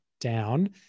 down